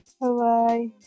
Bye-bye